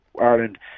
Ireland